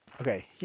okay